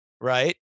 right